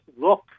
look